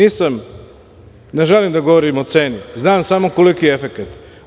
Takođe, ne želim da govorim o ceni, znam samo koliki je efekat.